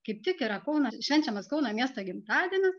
kaip tik yra kaunas švenčiamas kauno miesto gimtadienis